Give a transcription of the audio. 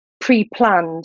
pre-planned